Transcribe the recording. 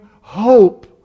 hope